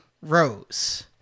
Rose